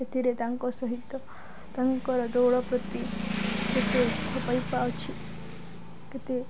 ସେଥିରେ ତାଙ୍କ ସହିତ ତାଙ୍କର ଦୌଡ଼ ପ୍ରତି କେତେ ଭଲପାଇବା ଅଛି କେତେ